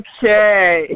Okay